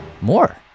more